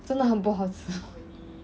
真的很不好吃